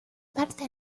parte